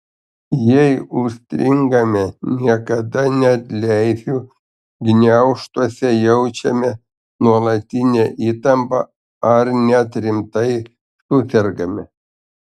jei užstringame niekada neatleisiu gniaužtuose jaučiame nuolatinę įtampą ar net rimtai susergame